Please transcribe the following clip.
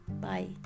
bye